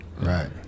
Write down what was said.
Right